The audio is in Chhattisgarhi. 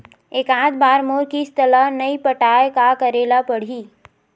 एकात बार मोर किस्त ला नई पटाय का करे ला पड़ही?